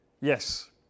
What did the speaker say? yes